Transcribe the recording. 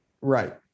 Right